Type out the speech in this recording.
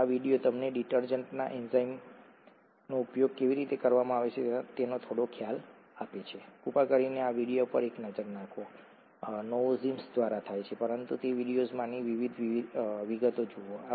તો આ વીડિયો તમને ડિટર્જન્ટમાં એન્ઝાઈમ્સનો ઉપયોગ કેવી રીતે કરવામાં આવે છે તેનો થોડો ખ્યાલ આપે છે કૃપા કરીને આ વીડિયો પર એક નજર નાખો તે નોવોઝિમ્સ દ્વારા છે પરંતુ તે વીડિયોમાંની વિગતો જુઓ